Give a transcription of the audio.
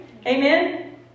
Amen